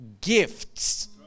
gifts